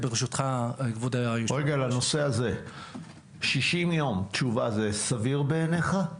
60 יום תשובה זה סביר בעיניך?